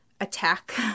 attack